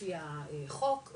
לפי החוק,